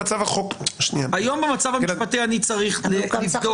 במצב החוקי היום --- במצב המשפטי היום הוא צריך לבדוק אותו.